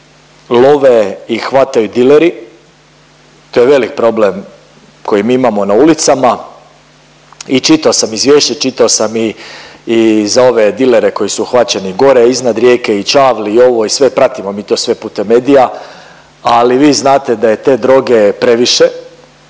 love i hvataju dileri. To je velik problem koji mi imamo na ulicama. I čitao sam izvješće, čitao sam i za ove dilere koji su uhvaćeni gore iznad Rijeke i Čavli i ovo i sve pratimo mi to putem medija, ali vi znate da je te druge previše,